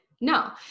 No